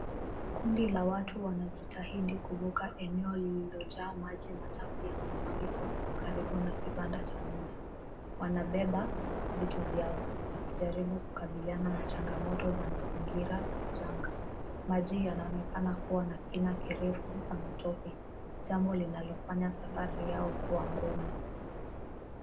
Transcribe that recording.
Kundi la watu wanajaribu kuvuka eneo lililojaa maji machafu ya mafuriko karibu na kibanda cha muda. Wanabeba vitu zao wakijaribu kukabiliana na changamoto za mazingira ya janga. Maji yanaonekana kuwa na kina kirefu ya matope. Jambo linalofanya safari yao kuwa ngumu.